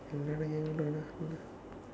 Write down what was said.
and then again